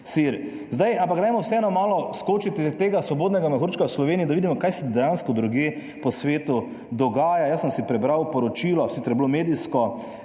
sir. Zdaj, ampak dajmo vseeno malo skočiti iz tega svobodnega mehurčka v Sloveniji, da vidimo, kaj se dejansko drugje po svetu dogaja. Jaz sem si prebral poročilo, sicer je bilo medijsko,